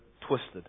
twisted